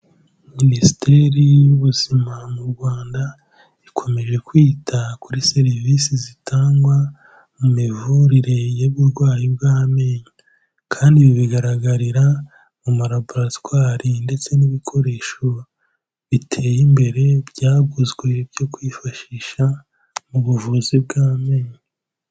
Minisiteri y'ubuzima mu Rwanda ikomeje kwita kuri serivisi zitangwa mu mivurire y'uburwayi bw'amenyo, kandi ibi bigaragarira mu malaboratwari ndetse n'ibikoresho bite imbere byaguzwe byo kwifashisha mu buvuzi bw'amenyo.